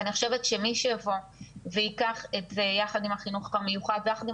ואני חושבת שמי שיבוא וייקח את זה יחד עם החינוך המיוחד ויחד עם